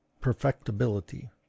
perfectibility